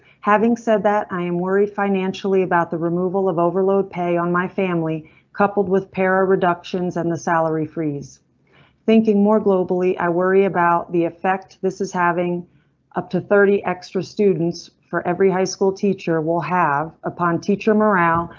having said that, i am worried financially about the removal of overload pay on my family coupled with para reductions and the salary freeze thinking more globally i worry about the effect this is having up to thirty extra students for every high school teacher will have appan teacher morale,